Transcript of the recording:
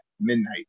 midnight